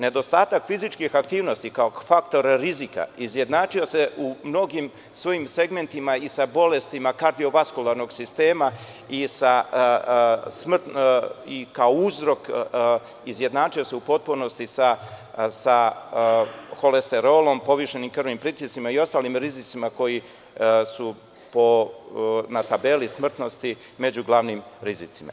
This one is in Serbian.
Nedostatak fizičkih aktivnosti kao faktor rizika izjednačio se u mnogim svojim segmentima i sa bolestima kardio-vaskularnog sistema i kao uzrok izjednačio se u potpunosti sa holesterolom, povišenim krvnim pritiskom i ostalim rizicima koji su na tabeli smrtnosti među glavnim rizicima.